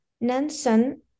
Nansen